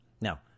Now